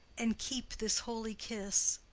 and keep this holy kiss.